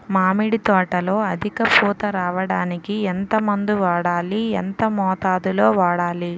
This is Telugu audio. మామిడి తోటలో అధిక పూత రావడానికి ఎంత మందు వాడాలి? ఎంత మోతాదు లో వాడాలి?